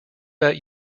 that